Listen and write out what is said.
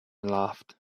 laughed